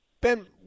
Ben